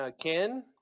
Ken